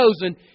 chosen